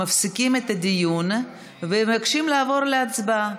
מפסיקים את הדיון ומבקשים לעבור להצבעה.